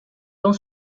dont